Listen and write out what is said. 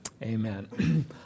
Amen